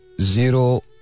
Zero